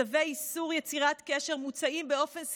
צווי איסור יצירת קשר מוצאים באופן סיטונאי,